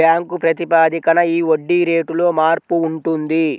bank ప్రాతిపదికన ఈ వడ్డీ రేటులో మార్పు ఉంటుంది